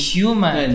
human